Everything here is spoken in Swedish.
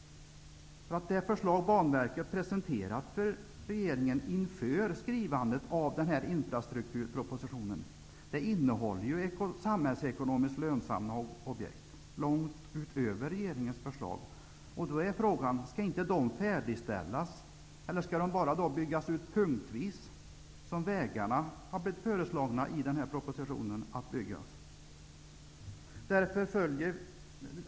Det förslag som Banverket har presenterat för regeringen inför skrivandet av infrastrukturpropositionen innehåller samhällsekonomiskt lönsamma objekt långt utöver regeringens förslag. Skall inte de färdigställas eller skall de bara byggas ut punktvis, såsom man i propositionen har föreslagit att man skall göra med vägarna?